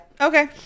Okay